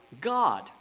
God